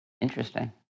interesting